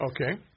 Okay